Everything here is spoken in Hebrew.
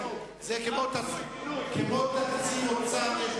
זה כמו תקציב "אוצר".